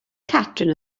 catrin